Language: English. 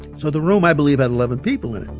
so the room, i believe, had eleven people in it